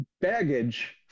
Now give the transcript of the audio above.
baggage